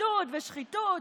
ושחיתות ושחיתות,